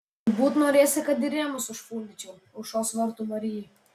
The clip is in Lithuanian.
turbūt norėsi kad ir rėmus užfundyčiau aušros vartų marijai